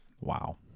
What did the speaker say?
Wow